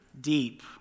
deep